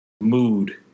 mood